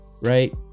Right